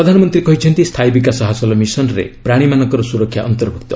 ପ୍ରଧାନମନ୍ତ୍ରୀ କହିଛନ୍ତି ସ୍ଥାୟୀ ବିକାଶ ହାସଲ ମିଶନ୍ରେ ପ୍ରାଣୀମାନଙ୍କର ସୁରକ୍ଷା ଅନ୍ତର୍ଭୁକ୍ତ